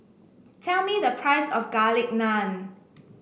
tell me the price of Garlic Naan